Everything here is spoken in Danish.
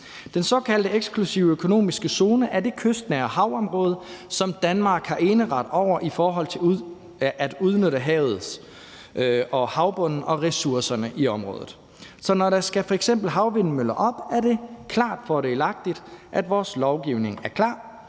Den såkaldte eksklusive økonomiske zone er det kystnære havområde, som Danmark har eneret over i forhold til at udnytte havet, havbunden og ressourcerne i området. Så når der f.eks. skal sættes havvindmøller op, er det klart fordelagtigt, at vores lovgivning er klar,